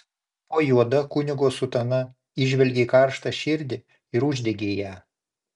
po juoda kunigo sutana įžvelgei karštą širdį ir uždegei ją